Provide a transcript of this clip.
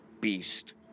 beast